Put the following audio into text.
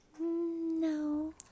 No